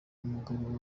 umugabo